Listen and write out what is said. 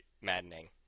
maddening